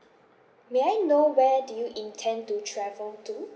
may I know where do you intend to travel to